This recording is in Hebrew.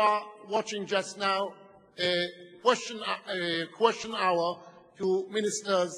You are watching just now Question Hour to ministers,